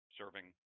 serving